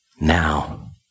Now